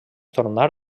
tornar